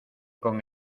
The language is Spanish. con